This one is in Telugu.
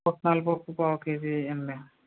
పుట్నాల పప్పు పావు కేజీ వెయ్యండి